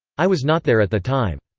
i was not there at the time.